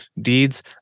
deeds